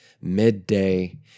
midday